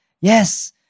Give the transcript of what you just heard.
Yes